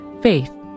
Faith